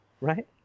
right